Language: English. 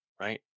right